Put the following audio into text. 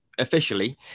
officially